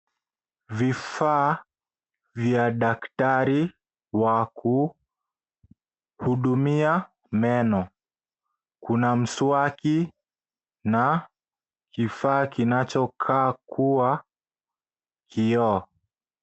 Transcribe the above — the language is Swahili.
Vifaa vya daktari wakuhudumia meno. Kuna mswaki na kifaa kinachokaa kuwa kioo.